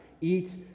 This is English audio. eat